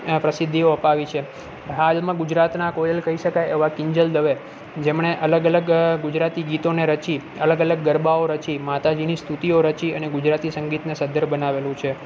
પ્રસિદ્ધીઓ અપાવી છે હાલમાં ગુજરાતનાં કોયલ કહી શકાય એવાં કિંજલ દવે જેમણે અલગ અલગ ગુજરાતી ગીતોને રચી અલગ અલગ ગરબાઓ રચી માતાજીની સ્તુતિઓ રચી અને ગુજરાતી સંગીતને સધ્ધર બનાવેલું છે